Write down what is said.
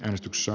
äänestyksiä